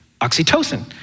oxytocin